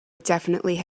definitely